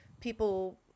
people